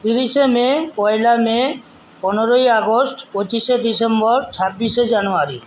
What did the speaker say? উনিশে মে পয়লা মে পনেরোই আগস্ট পঁচিশে ডিসেম্বর ছাব্বিশে জানুয়ারি